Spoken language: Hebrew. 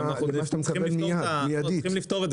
אנחנו צריכים לפתור את זה.